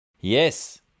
Yes